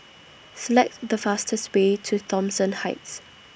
Select The fastest Way to Thomson Heights